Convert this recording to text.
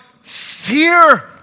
fear